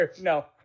No